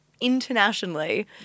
internationally